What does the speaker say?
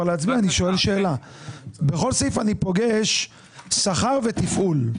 בכל סעיף אני פוגש שכר ותפעול.